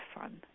fun